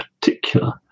particular